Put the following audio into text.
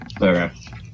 Okay